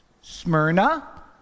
Smyrna